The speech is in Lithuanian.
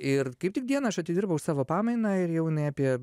ir kaip tik dieną aš atidirbau savo pamainą ir jau jinai apie